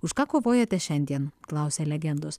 už ką kovojate šiandien klausia legendos